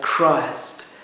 Christ